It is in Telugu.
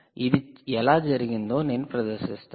ఇది ఎలా జరిగిందో నేను ప్రదర్శిస్తాను